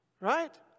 Right